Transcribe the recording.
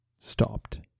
stopped